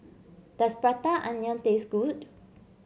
does Prata Onion taste good